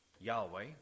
Yahweh